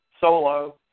solo